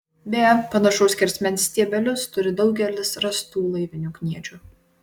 beje panašaus skersmens stiebelius turi daugelis rastų laivinių kniedžių